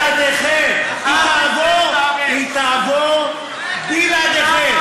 היא תעביר בלעדיכם.